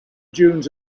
dunes